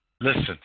Listen